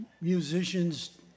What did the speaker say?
musicians